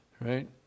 right